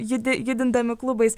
judi judindami klubais